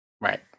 Right